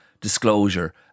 disclosure